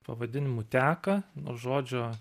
pavadinimu teka nuo žodžio